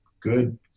good